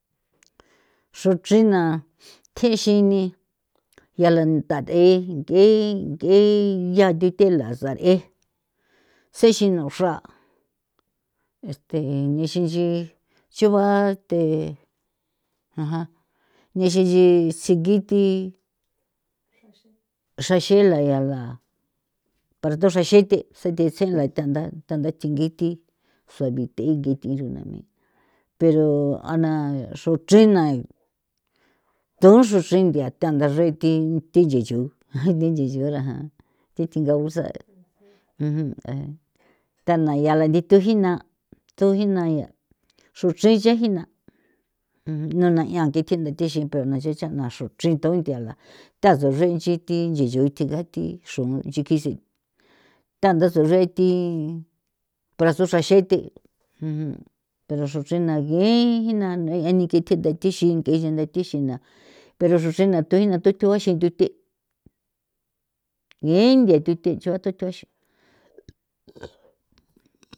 Xuchrina tjexine yala nthat'e ng'e ng'e ya thuthela sar'e sexinu xra este nixi nchi chuba este aja nixi nchi sikithi xraxela yala para thuxra xenthe sethese´e la thantha thanga tsingithi suavithe ngithi runa me pero ana xuchrina thunxruxe nthia thantha xethi thinchi chu thinchi chu ra jan thithinga gusa' thanthaya la nithujina thujinaya suchri chajina nunaia nge kende thexe ko naxe xeana xru chrii thunthala thasu nree xithi chinchu thingathi xrunui chikisi thantha suruethi para suxraxethe pero xuchrena nge jina nane eneki thithe thixin ngechenthe thixin na pero xuxena thuina thuthuexi nthuthea nge nthia thuthe cho thuthua xin.